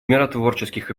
миротворческих